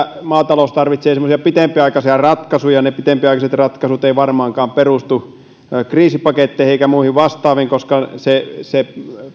maatalous tarvitsee semmoisia pitempiaikaisia ratkaisuja ne pitempiaikaiset ratkaisut eivät varmaankaan perustu kriisipaketteihin eivätkä muihin vastaaviin koska se se